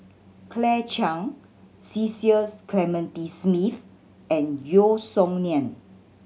Claire Chiang Cecil Clementi Smith and Yeo Song Nian